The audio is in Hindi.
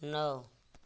नौ